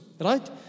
Right